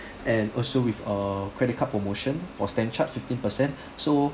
and also with a credit card promotion for StanChart fifteen percent so